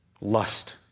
lust